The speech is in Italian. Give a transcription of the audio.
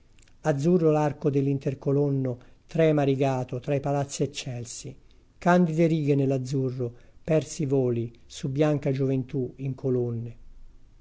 azzurro l'arco dell'intercolonno trema rigato tra i palazzi eccelsi candide righe nell'azzurro persi voli su bianca gioventù in colonne